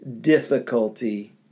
difficulty